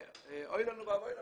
ואוי לנו ואבוי לנו.